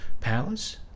powers